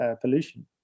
pollution